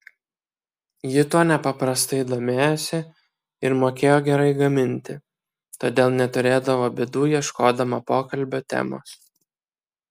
ji tuo nepaprastai domėjosi ir mokėjo gerai gaminti todėl neturėdavo bėdų ieškodama pokalbio temos